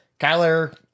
Kyler